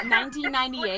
1998